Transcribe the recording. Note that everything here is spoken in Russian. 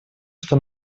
что